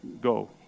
go